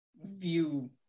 View